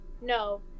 No